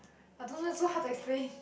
I don't know it's so hard to explain